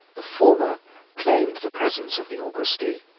the former claimed the presence of the augusti,